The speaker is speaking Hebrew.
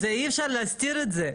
אי אפשר להסתיר את זה.